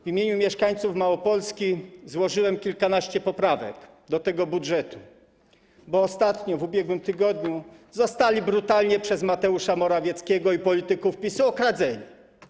W imieniu mieszkańców Małopolski złożyłem kilkanaście poprawek do tego budżetu, bo ostatnio, w ubiegłym tygodniu zostali brutalnie przez Mateusza Morawieckiego i polityków PiS-u okradzeni.